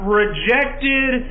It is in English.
rejected